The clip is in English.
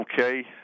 okay